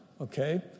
okay